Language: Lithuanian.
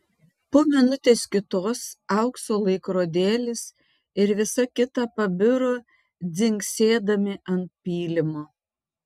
po minutės kitos aukso laikrodėlis ir visa kita pabiro dzingsėdami ant pylimo